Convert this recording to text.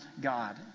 God